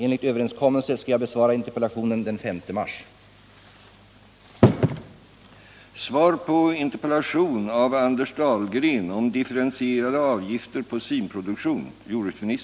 Enligt överenskommelse skall jag besvara interpellationen den 5 mars.